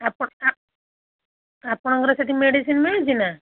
ଆପଣ ଆ ଆପଣଙ୍କର ସେଠି ମେଡ଼ିସିନ୍ ମିଳୁଛିି ନା